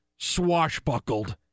swashbuckled